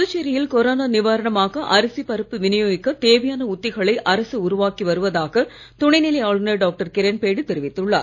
புதுச்சேரியில் கொரோனா நிவாரணமாக அரிசி பருப்பு விநியோகிக்க தேவையான உத்திகளை அரசு உருவாக்கி வருவதாக துணைநிலை ஆளுநர் டாக்டர் கிரண்பேடி தெரிவித்துள்ளார்